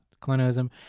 colonialism